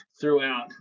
throughout